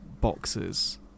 boxes